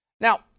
Now